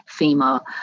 FEMA